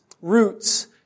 roots